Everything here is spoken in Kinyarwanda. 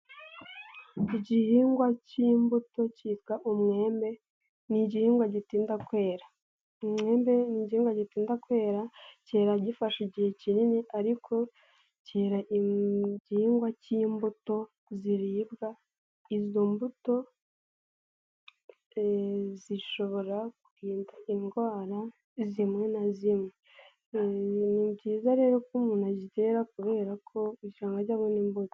Igihingwa k'imbuto kitwa umwembe. Ni igihingwa gitinda kwera. Umwembe ni igihingwa gitinda kwera, kera gifashe igihe kinini ariko kera igihingwa k'imbuto ziribwa. Izo mbuto zishobora kurinda indwara zimwe na zimwe. Ni byiza rero ko umuntu azitera kubera ko kugira ngo age abona imbuto.